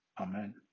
amen